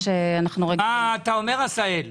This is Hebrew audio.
מה אתה אומר, עשהאל?